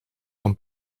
van